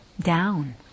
down